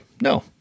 No